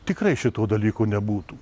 tikrai šito dalyko nebūtų